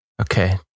Okay